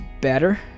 better